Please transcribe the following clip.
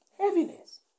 heaviness